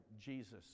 Jesus